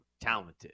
talented